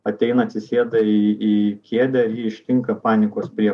ateina atsisėda į į kėdę jį ištinka panikos prie